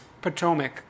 potomac